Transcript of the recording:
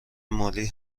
مالی